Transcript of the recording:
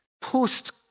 post